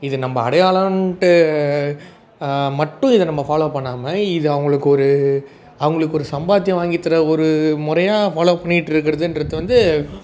இது நம்ம அடையாளம்ன்ட்டு மட்டும் இதை நம்ம ஃபாலோ பண்ணாமல் இது அவங்களுக்கு ஒரு அவங்களுக்கு ஒரு சம்பாத்தியம் வாங்கி தர ஒரு முறையாக ஃபாலோ பண்ணிக்கிட்ருக்கிறதுன்றது வந்து